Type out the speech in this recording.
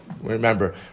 remember